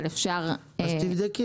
תבדקי.